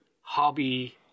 hobby